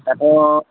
दाथ'